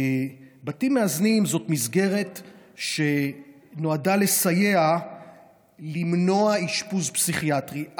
בתים מאזנים הם מסגרת שנועדה לסייע למנוע אשפוז פסיכיאטרי.